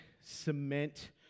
cement